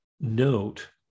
note